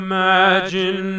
Imagine